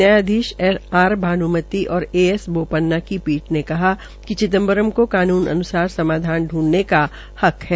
न्यायाधीश आर भान्मती और A S Bopanna की पीठ ने कहा है कि चिदम्बरम को कानून अन्सार समाधान ढूंढने का हक है